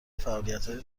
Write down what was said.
فعالیتهای